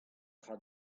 tra